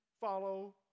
follow